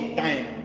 time